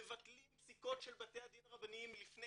מבטלים פסיקות של בתי דין רבניים מלפני